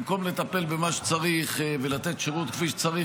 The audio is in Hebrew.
במקום לטפל במה שצריך ולתת שירות כפי שצריך,